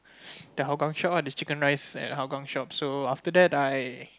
the Hougang shop ah the chicken rice at Hougang shop so after that I